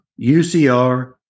UCR